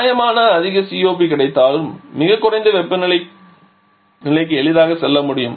நியாயமான அதிக COP கிடைத்தாலும் மிகக் குறைந்த ஆவியாக்கி வெப்பநிலை நிலைக்கு எளிதாக செல்ல முடியும்